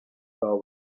fell